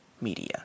media